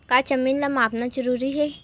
का जमीन ला मापना जरूरी हे?